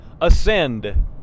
ascend